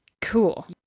Cool